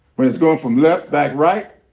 when it's going from left back right,